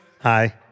Hi